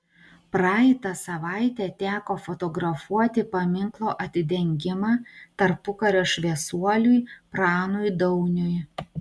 praeitą savaitę teko fotografuoti paminklo atidengimą tarpukario šviesuoliui pranui dauniui